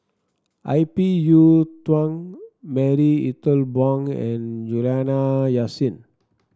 I P Yiu Tung Marie Ethel Bong and Juliana Yasin